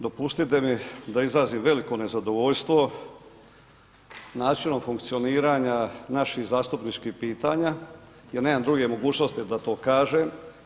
Dopustite mi da izrazim veliko nezadovoljstvo načinom funkcioniranja naših zastupničkih pitanja jer nemam druge mogućnosti da to kažem.